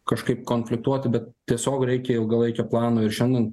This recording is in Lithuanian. kažkaip konfliktuoti bet tiesiog reikia ilgalaikio plano ir šiandien